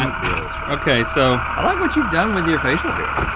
um feels right. okay so i like what you've done with your facial hair.